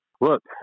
Look